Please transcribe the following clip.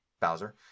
Bowser